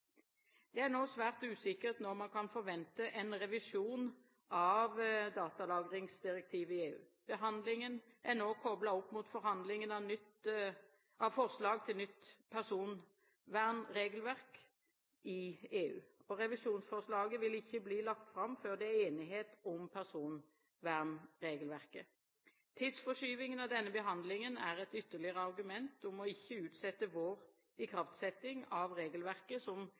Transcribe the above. Det er nå svært usikkert når man kan forvente en revisjon av datalagringsdirektivet i EU. Behandlingen er nå koblet opp mot forhandlingene om forslag til nytt personvernregelverk i EU. Revisjonsforslaget vil ikke bli lagt fram før det er enighet om personvernregelverket. Tidsforskyvingen av denne behandlingen er et ytterligere argument om ikke å utsette vår ikraftsetting av regelverk som